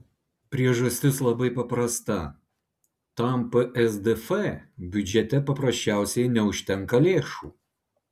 priežastis labai paprasta tam psdf biudžete paprasčiausiai neužtenka lėšų